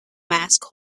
mask